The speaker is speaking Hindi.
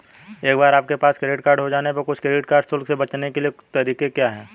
एक बार आपके पास क्रेडिट कार्ड हो जाने पर कुछ क्रेडिट कार्ड शुल्क से बचने के कुछ तरीके क्या हैं?